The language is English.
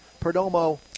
Perdomo